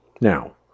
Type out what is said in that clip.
Now